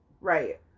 Right